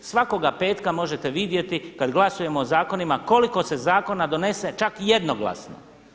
Svakoga petka možete vidjeti kada glasujemo o zakonima koliko se zakona donese čak i jednoglasno.